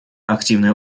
активное